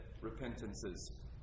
repentances